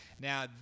Now